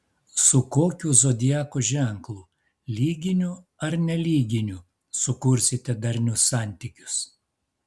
su kokiu zodiako ženklu lyginiu ar nelyginiu sukursite darnius santykius